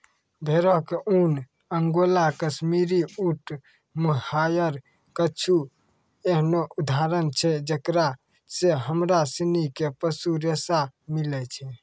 भेड़ो के ऊन, अंगोला, काश्मीरी, ऊंट, मोहायर कुछु एहनो उदाहरण छै जेकरा से हमरा सिनी के पशु रेशा मिलै छै